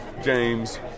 james